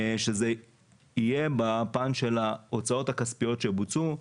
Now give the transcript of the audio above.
שהוא יהיה בפן של ההוצאות הכספיות שבוצעו,